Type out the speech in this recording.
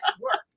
work